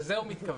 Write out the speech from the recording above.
לזה הוא מתכוון.